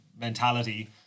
mentality